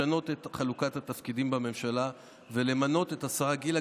לשנות את חלוקת התפקידים בממשלה ולמנות את השרה גילה